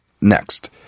Next